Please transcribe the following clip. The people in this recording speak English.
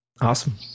Awesome